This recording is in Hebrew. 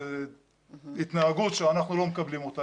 זו התנהגות שאנחנו לא מקבלים אותה.